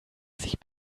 sich